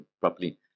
properly